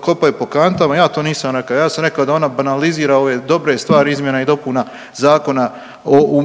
kopaju po kantama. Ja to nisam reka, ja sam rekao da ona banalizira ove dobre stvari izmjena i dopuna zakona o,